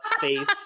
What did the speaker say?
face